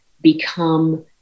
become